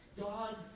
God